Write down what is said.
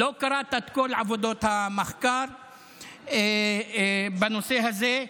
כי לא קראת את כל עבודות המחקר בנושא הזה.